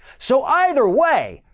so either way,